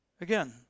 again